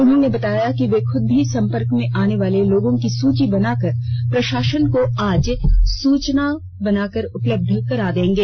उन्होंने बताया कि वे खुद भी संपर्क में आने वाले लोगों की सूची बनाकर प्रशासन को आज सूचना बना कर उपलब्ध करा देंगे